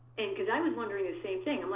and because i was wondering the same thing. like